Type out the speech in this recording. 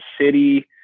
City